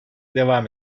devam